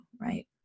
right